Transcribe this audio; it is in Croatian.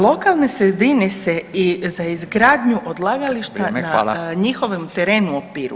Lokalne sredine se za izgradnju odlagališta [[Upadica: Vrijeme, hvala]] na njihovom terenu opiru.